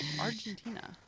Argentina